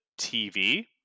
tv